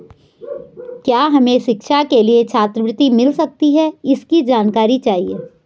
क्या हमें शिक्षा के लिए छात्रवृत्ति मिल सकती है इसकी जानकारी चाहिए?